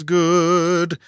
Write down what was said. good